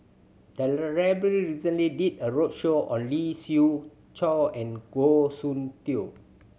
the library recently did a roadshow on Lee Siew Choh and Goh Soon Tioe